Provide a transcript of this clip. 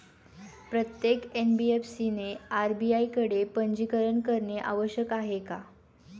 प्रत्येक एन.बी.एफ.सी ने आर.बी.आय कडे पंजीकरण करणे आवश्यक आहे का?